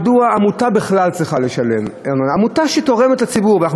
מדוע עמותה בכלל צריכה לשלם, עמותה שתורמת לציבור?